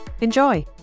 Enjoy